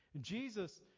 Jesus